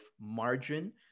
margin